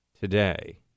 today